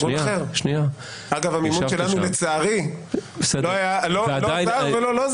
אגב המימון שלנו לצערי לא היה זר.